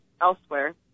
elsewhere